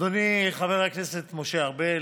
אדוני חבר הכנסת משה ארבל,